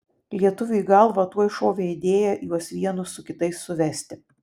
lietuviui į galvą tuoj šovė idėja juos vienus su kitais suvesti